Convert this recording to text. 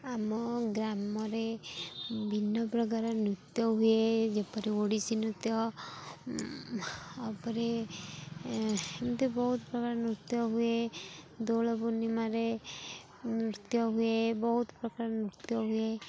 ଗ୍ରାମରେ ଭିନ୍ନ ପ୍ରକାର ନୃତ୍ୟ ହୁଏ ଯେପରି ଓଡ଼ିଶୀ ନୃତ୍ୟ ଆ ପରେ ଏମିତି ବହୁତ ପ୍ରକାର ନୃତ୍ୟ ହୁଏ ଦୋଳ ପୂର୍ଣ୍ଣିମାରେ ନୃତ୍ୟ ହୁଏ ବହୁତ ପ୍ରକାର ନୃତ୍ୟ ହୁଏ